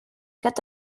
get